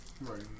Right